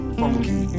funky